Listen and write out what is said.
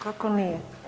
Kako nije?